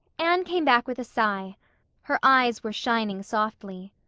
anne came back with a sigh her eyes were shining softly.